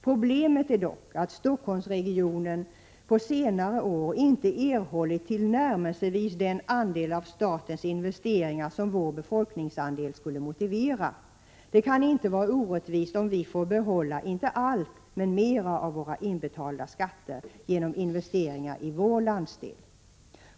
Problemet är dock att Stockholmsregionen på senare år inte erhållit tillnärmelsevis den andel av statens investeringar som regionens befolkningsandel skulle motivera. Det kan inte vara orättvist om vi får behålla inte allt, men mera av våra inbetalda skatter genom investeringar i vår landsdel.